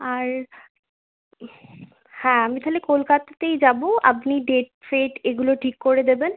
আর হ্যাঁ আমি তালে কলকাতাতেই যাবো আপনি ডেট ফেট এগুলো ঠিক করে দেবেন